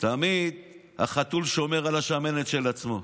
תמיד החתול שומר על השמנת של עצמו.